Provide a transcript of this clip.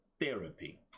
therapy